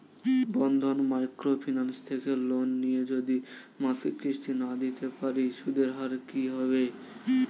বন্ধন micro finance থেকে loan নিয়ে যদি মাসিক কিস্তি না দিতে পারি সুদের হার কি হবে?